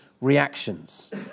reactions